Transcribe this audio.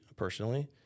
Personally